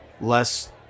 less